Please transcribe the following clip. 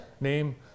Name